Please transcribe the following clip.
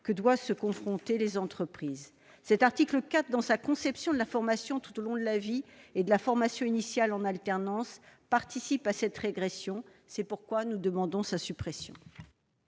une perte de culture professionnelle. Cet article 4, dans sa conception de la formation tout au long de la vie et de la formation initiale en alternance, accentuera cette régression. C'est pourquoi nous demandons sa suppression.